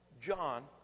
John